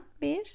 bir